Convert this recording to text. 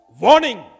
Warning